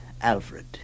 Alfred